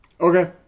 Okay